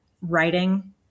writing